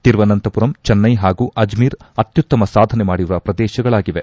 ತಿರುವನಂತಪುರಂ ಚೆನ್ನೈ ಹಾಗೂ ಅಜ್ಜೀರ್ ಅತ್ಯುತ್ತಮ ಸಾಧನೆ ಮಾಡಿರುವ ಪ್ರದೇಶಗಳಾಗಿವೆ